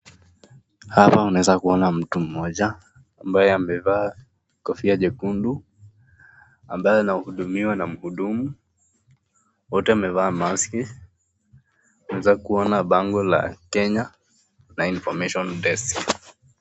Hapa unaweza kuona mtu mmoja ambaye amevaa kofia jekundu ambaye anahudumiwa na mhudumu, wote wamevaa maski, unaweza kuona bango la Kenya na Information Desk .